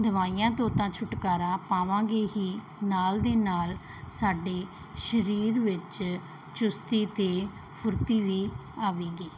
ਦਵਾਈਆਂ ਤੂੰ ਤਾਂ ਛੁਟਕਾਰਾ ਪਾਵਾਂਗੇ ਹੀ ਨਾਲ ਦੀ ਨਾਲ ਸਾਡੇ ਸਰੀਰ ਵਿੱਚ ਚੁਸਤੀ ਅਤੇ ਫੁਰਤੀ ਵੀ ਆਵੇਗੀ